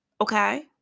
okay